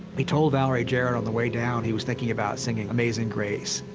he told valerie jarrett on the way down, he was thinking about singing amazing grace.